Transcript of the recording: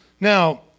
Now